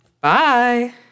Bye